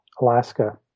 alaska